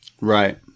Right